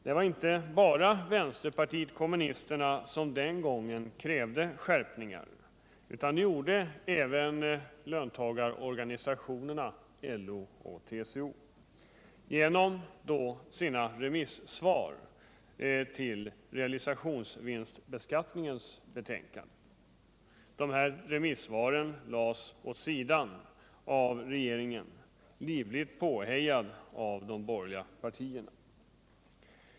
Det var inte bara vänsterpartiet kommunisterna som den gången krävde skärpningar, utan det gjorde även löntagarorganisationerna LO och TCO genom sina remissvar till realisationsvinstbeskattningens betänkande. Dessa remissvar lades åt sidan av regeringen, livligt påhejad av de borgerliga partierna.